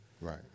Right